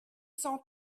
cent